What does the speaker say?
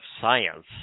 science